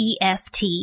EFT